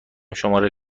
شماره